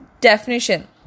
definition